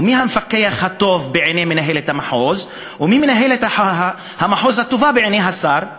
ומי המפקח הטוב בעיני מנהלת המחוז ומי מנהלת המחוז הטובה בעיני השר?